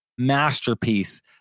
masterpiece